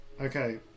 Okay